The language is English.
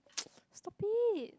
stop it